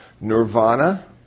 Nirvana